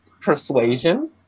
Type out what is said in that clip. persuasion